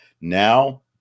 Now